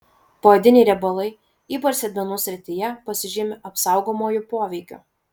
poodiniai riebalai ypač sėdmenų srityje pasižymi apsaugomuoju poveikiu